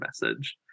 message